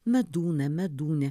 medūną medūnę